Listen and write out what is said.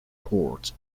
cord